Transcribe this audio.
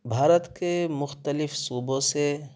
بھارت کے مختلف صوبوں سے